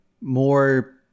more